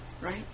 right